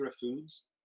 Foods